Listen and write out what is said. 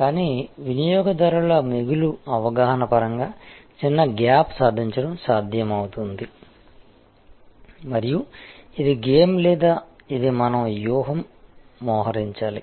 కానీ వినియోగదారుల మిగులు అవగాహన పరంగా చిన్న గ్యాప్ సాధించడం సాధ్యమవుతుంది మరియు ఇది గేమ్ లేదా ఇది మనం వ్యూహం మోహరించాలి